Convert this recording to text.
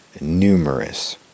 numerous